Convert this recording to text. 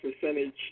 percentage